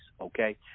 okay